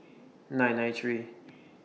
nine nine three